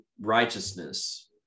righteousness